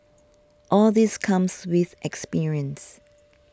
all this comes with experience